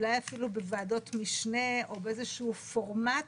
אולי אפילו בוועדות משנה או באיזשהו פורמט